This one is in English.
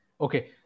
Okay